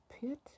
pit